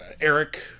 Eric